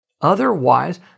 otherwise